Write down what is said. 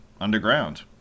underground